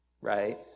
right